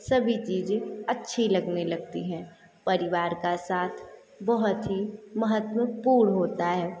सभी चीज़ें अच्छी लगने लगती हैं परिवार का साथ बहुत ही महत्वपूर्ण होता है